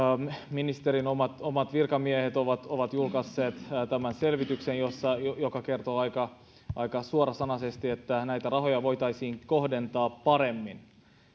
ministerin omat omat virkamiehet ovat ovat julkaisseet tämän selvityksen joka kertoo aika aika suorasanaisesti että näitä rahoja voitaisiin kohdentaa paremmin